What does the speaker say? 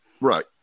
right